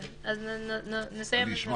נשמע